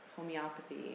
homeopathy